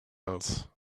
else